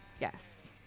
Yes